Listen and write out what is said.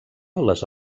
les